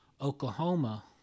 oklahoma